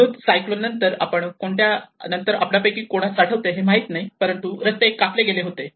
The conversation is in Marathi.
हुदहुद सायक्लोन नंतर आपणापैकी कोणास आठवते हे माहित नाही परंतु रस्ते कापले गेले होते